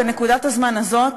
בנקודת הזמן הזאת,